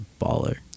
baller